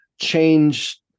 change